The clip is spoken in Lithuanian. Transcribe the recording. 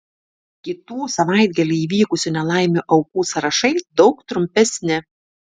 kitų savaitgalį įvykusių nelaimių aukų sąrašai daug trumpesni